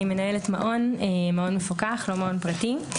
אני מנהלת מעון מפוקח, לא מעון פרטי.